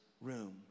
room